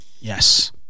yes